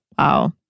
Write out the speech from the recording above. Wow